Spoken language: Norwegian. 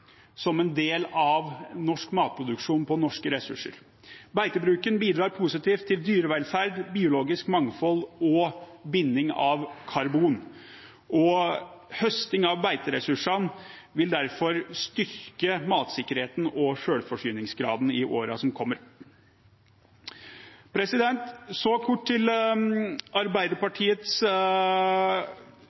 som en del av norsk matproduksjon på norske ressurser. Beitebruken bidrar positivt til dyrevelferd, biologisk mangfold og binding av karbon. Høsting av beiteressursene vil derfor styrke matsikkerheten og selvforsyningsgraden i årene som kommer. Så kort til noen av Arbeiderpartiets